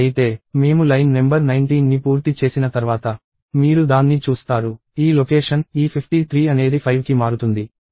మేము line number 19ని పూర్తి చేసిన తర్వాత మీరు దాన్ని చూస్తారు ఈ లొకేషన్ - ఈ 53 అనేది 5కి మారుతుంది